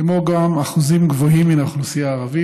כמו גם אחוזים גבוהים מן האוכלוסייה הערבית,